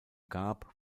gab